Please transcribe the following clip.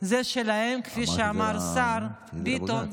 זה שלהם, כפי שאמר השר ביטון,